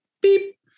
beep